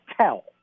tell